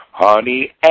Honey